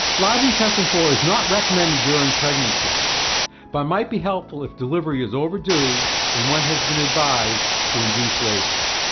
large intestine four is not recommended during pregnancy but might be helpful if delivery is overdue and one has been advised to induce labor.